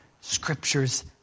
Scripture's